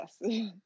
yes